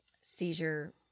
seizure